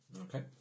Okay